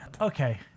Okay